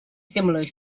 similar